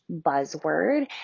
buzzword